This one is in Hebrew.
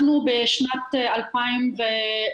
פנינו בשנת 2017